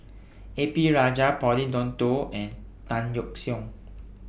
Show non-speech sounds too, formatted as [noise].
[noise] A P Rajah Pauline Dawn Loh and Tan Yeok Seong